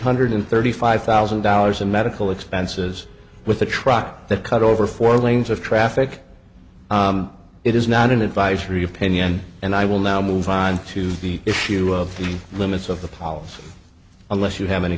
hundred thirty five thousand dollars in medical expenses with a truck that cut over four lanes of traffic it is not an advisory opinion and i will now move on to the issue of the limits of the policy unless you have any